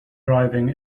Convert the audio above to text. driving